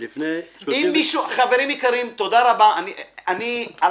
חברים, אני לא